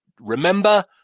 remember